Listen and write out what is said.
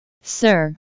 Sir